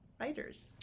writers